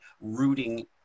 rooting